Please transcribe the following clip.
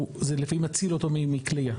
זה לפעמים מציל אותו מכליה.